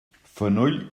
fenoll